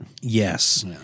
yes